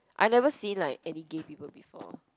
I never seen like any gay people before